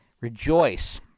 rejoice